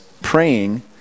praying